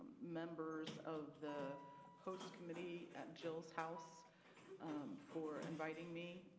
members of the host committee at jill's house for inviting me.